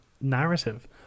narrative